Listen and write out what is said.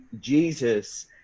Jesus